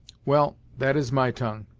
well that is my tongue.